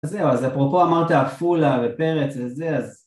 זהו אז אפרופו אמרת עפולה ופרץ וזה אז...